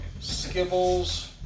Skibbles